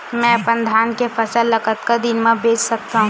मैं अपन धान के फसल ल कतका दिन म बेच सकथो?